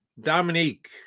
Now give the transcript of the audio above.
Dominique